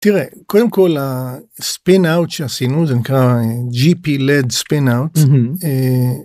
תראה קודם כל spinout שעשינו זה נקרא gp led spinout.